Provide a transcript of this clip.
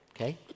okay